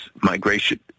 migration